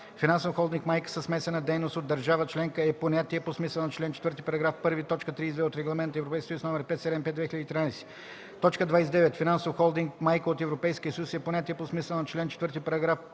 „Финансов холдинг майка със смесена дейност от държава членка” е понятие по смисъла на чл. 4, параграф 1, т. 32 от Регламент (ЕС) № 575/2013. 29. „Финансов холдинг майка от Европейския съюз” е понятие по смисъла на чл. 4, параграф